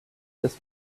this